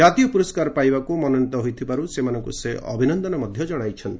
କାତୀୟ ପୁରସ୍କାର ପାଇବାକୁ ମନୋନୀତ ହୋଇଥିବାରୁ ସେମାନଙ୍କୁ ସେ ଅଭିନନ୍ଦନ ଜଣାଇଛନ୍ତି